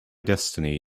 destiny